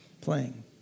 playing